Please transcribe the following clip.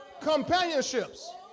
companionships